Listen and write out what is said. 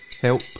Help